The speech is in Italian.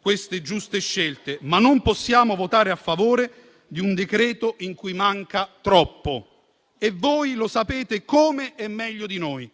queste giuste scelte, ma non possiamo votare a favore di un decreto in cui manca troppo: e voi lo sapete, come e meglio di noi.